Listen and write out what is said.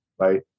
right